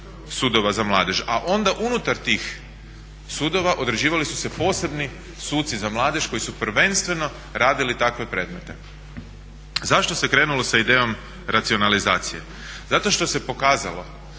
sudova za mladež a onda unutar tih sudova određivali su se posebni suci za mladež koji su prvenstveno radili takve predmete. Zašto se krenulo sa idejom racionalizacije? Zato što se pokazalo